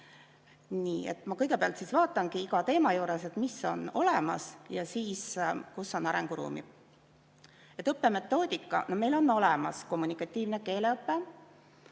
Ma kõigepealt vaatangi iga teema juures, mis on olemas, ja siis, kus on arenguruumi. Õppemetoodika. Meil on olemas kommunikatiivne keeleõpe.